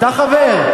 אתה חבר?